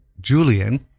Julian